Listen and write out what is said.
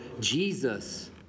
Jesus